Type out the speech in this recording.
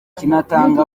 kinatanga